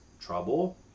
trouble